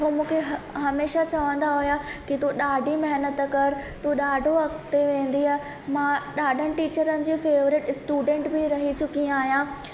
उहो मूंखे हमेशह चवंदा हुआ की तू ॾाढी महिनत कर तू ॾाढो अॻिते वेंदीअ मां ॾाढनि टीचरनि जी फेवरेट स्टूडेंट बि रही चुकी आहियां